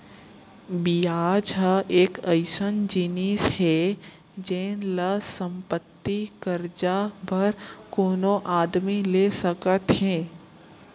बियाज ह एक अइसन जिनिस हे जेन ल संपत्ति, करजा बर कोनो आदमी ले सकत हें